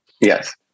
yes